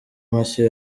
mashya